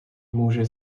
může